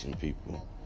people